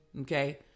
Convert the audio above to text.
Okay